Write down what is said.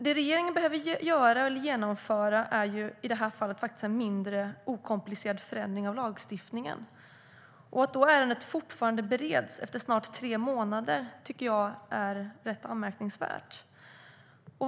Det regeringen behöver genomföra är en mindre, okomplicerad ändring av lagstiftningen. Att ärendet fortfarande bereds efter snart tre månader tycker jag är rätt anmärkningsvärt.